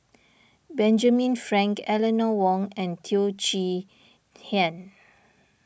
Benjamin Frank Eleanor Wong and Teo Chee Hean